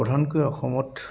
প্ৰধানকৈ অসমত